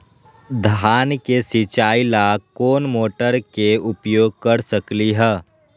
धान के सिचाई ला कोंन मोटर के उपयोग कर सकली ह?